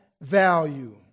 value